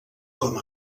com